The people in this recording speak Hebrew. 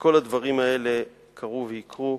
וכל הדברים האלה קרו ויקרו.